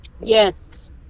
yes